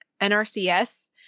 NRCS